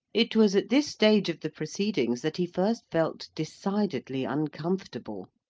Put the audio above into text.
it was at this stage of the proceedings that he first felt decidedly uncomfortable,